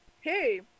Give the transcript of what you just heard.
Hey